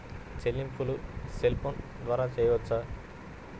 చెల్లింపులు cell phone ద్వారా చేయవచ్చా?